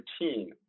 routine